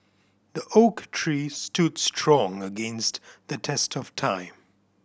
the oak tree stood strong against the test of time